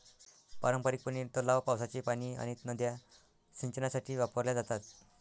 पारंपारिकपणे, तलाव, पावसाचे पाणी आणि नद्या सिंचनासाठी वापरल्या जातात